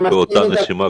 ובאותה נשימה,